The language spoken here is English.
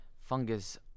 fungus